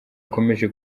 akomeje